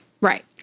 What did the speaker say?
Right